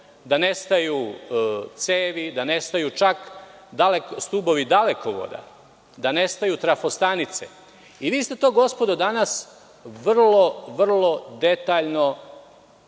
da nestaju cevi, da nestaju čak stubovi dalekovoda, da nestaju trafostanice. Vi ste to, gospodo, danas vrlo detaljno